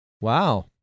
Wow